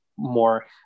more